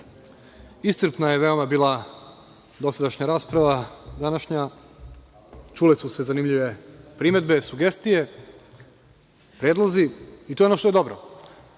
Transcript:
iscrpna je veoma bila dosadašnja rasprava današnja. Čule su se zanimljive primedbe, sugestije, predlozi i to je ono što je dobro.